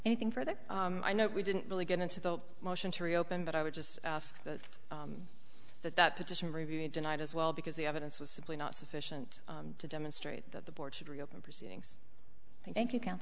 anything for that i know we didn't really get into the motion to reopen that i would just ask that that that petition reviewed tonight as well because the evidence was simply not sufficient to demonstrate that the board should reopen proceedings thank you